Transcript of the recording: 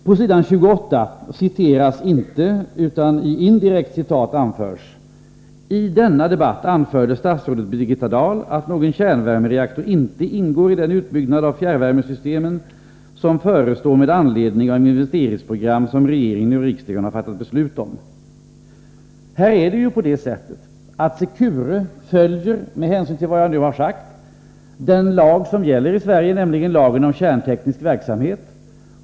På s. 28 i betänkandet citeras inte utan anförs i indirekt citat: ”I denna anförde statsrådet Birgitta Dahl att någon kärnvärmereaktor inte ingår i den utbyggnad av fjärrvärmesystemen som förestår med anledning av det investeringsprogram som regeringen och riksdagen har fattat beslut om.” Här är det ju på det sättet att Secure följer, med hänsyn till vad jag nu har sagt, den lag som gäller i Sverige, nämligen lagen om kärnteknisk verksamhet.